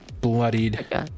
Bloodied